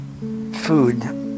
food